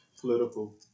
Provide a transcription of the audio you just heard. political